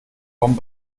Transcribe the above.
kommen